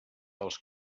els